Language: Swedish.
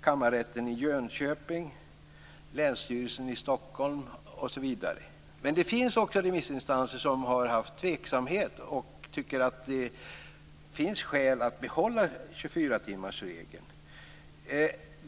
Kammarrätten i Jönköping och Länsstyrelsen i Stockholm framfört detta i sina remissvar. Men det finns också remissinstanser som uttryckt tveksamhet och tyckt att det finns skäl att behålla 24 timmarsregeln.